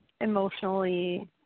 emotionally